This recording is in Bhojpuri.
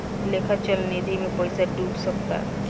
लेखा चल निधी मे पइसा डूब भी सकता